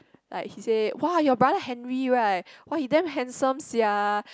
like he say !whoa! your brother Henry right !whoa! he damn handsome sia